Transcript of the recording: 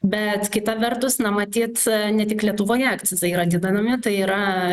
bet kita vertus na matyt ne tik lietuvoje akcizai yra didinami tai yra